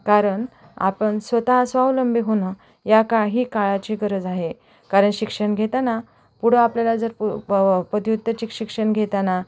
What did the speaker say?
कारण आपण स्वतः अ स्वावलंबी होणं या काळ ही काळाची गरज आहे कारण शिक्षण घेताना पुढं आपल्याला जर प प पदव्युत्तरची शिक्षण घेताना